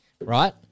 Right